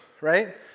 right